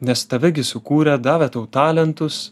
nes tave gi sukūrė davė tau talentus